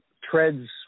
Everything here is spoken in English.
treads